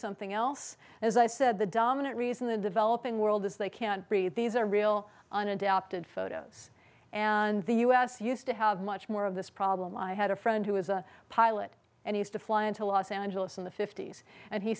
something else as i said the dominant reason the developing world is they can't breathe these are real unadapted photos and the us used to have much more of this problem i had a friend who is a pilot and used to fly into los angeles in the fifty's and he